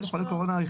הילד החולה החלים.